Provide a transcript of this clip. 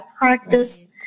practice